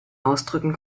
ausdrücken